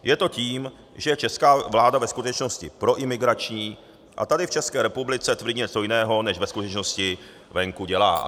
Je to tím, že česká vláda ve skutečnosti je proimigrační a tady v České republice tvrdí něco jiného, než ve skutečnosti venku dělá.